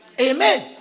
Amen